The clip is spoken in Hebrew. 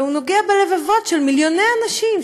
והוא נוגע בלבבות של מיליוני אנשים,